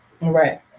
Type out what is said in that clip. right